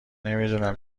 نمیدونم